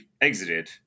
exited